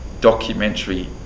documentary